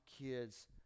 kids